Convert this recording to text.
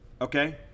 Okay